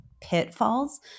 pitfalls